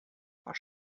for